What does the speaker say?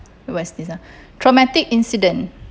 where's this ah traumatic incident